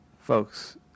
Folks